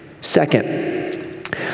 Second